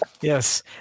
Yes